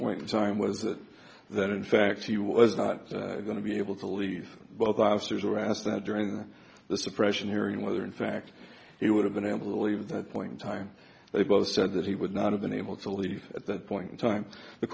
point in time was it that in fact he was not going to be able to leave both officers were asked that during the suppression hearing whether in fact he would have been able to leave that point in time they both said that he would not have been able to leave at that point in time the